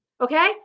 okay